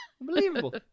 Unbelievable